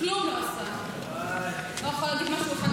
חבר הכנסת